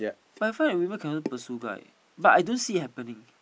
but the fact that people can pursue guys but I don't see it happening